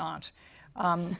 not